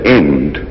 end